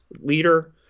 leader